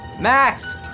Max